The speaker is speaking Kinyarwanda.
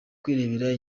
kwirebera